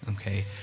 okay